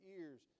ears